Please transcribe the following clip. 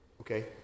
Okay